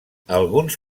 alguns